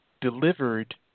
delivered